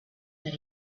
that